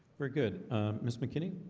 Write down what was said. very good miss mckinny.